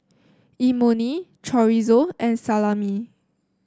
Imoni Chorizo and Salami